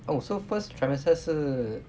oh so first trimester 是